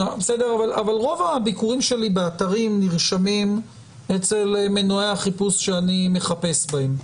רוב הביקורים שלי באתרים נרשמים אצל מנועי החיפוש שאני מחפש בהם.